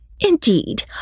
Indeed